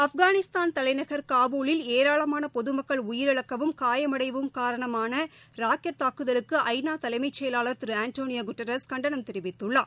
ஆப்பாளிஸ்தான் தலைநகர் காபூலில் ஏராளமாள பொதுமக்கள் உயிாழக்கவும் காணமடையவும் காரணமான ராக்கெட் தாக்குதலுக்கு ஐ நா தலைமைச் செயலாளர் திரு ஆண்டோனியோ குட்டாரஸ் கண்டனம் தெரிவித்துள்ளார்